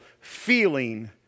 feeling